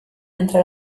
entre